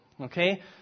Okay